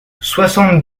soixante